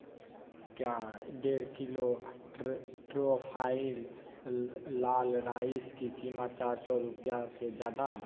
क्या डेढ़ किलो ट्रोफाईल लाल राइस कि कीमत चार सौ रुपया से ज़्यादा है